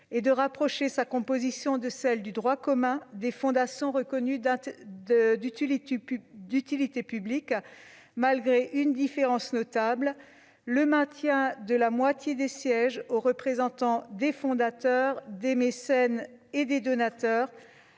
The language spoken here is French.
et de rapprocher sa composition de celle du droit commun des fondations reconnues d'utilité publique, malgré une différence notable : le maintien de la moitié des sièges aux représentants des fondateurs, des mécènes et des donateurs,